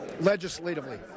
legislatively